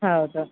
ಹೌದು